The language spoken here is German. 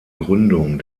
gründung